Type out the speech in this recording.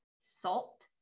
salt